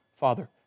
Father